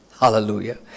hallelujah